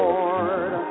Lord